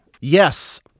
Yes